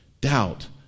doubt